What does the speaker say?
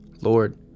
Lord